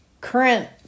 current